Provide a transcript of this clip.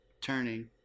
turning